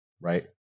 right